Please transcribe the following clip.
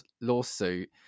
lawsuit